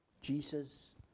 Jesus